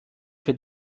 für